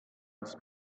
his